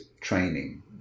training